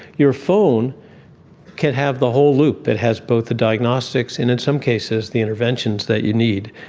your phone can have the whole loop, it has both the diagnostics and in some cases the interventions that you need.